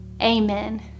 Amen